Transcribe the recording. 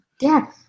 Yes